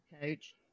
coach